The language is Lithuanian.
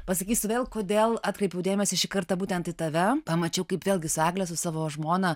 pasakysiu vėl kodėl atkreipiau dėmesį šį kartą būtent į tave pamačiau kaip vėlgi su egle su savo žmona